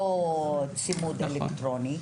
לא צימוד אלקטרוני,